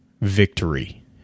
Victory